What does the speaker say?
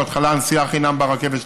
בהתחלה הנסיעה חינם ברכבת,